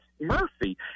Murphy